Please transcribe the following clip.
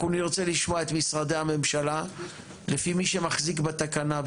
אנחנו נרצה לשמוע את משרדי הממשלה לפי מי שמחזיק בתקנה,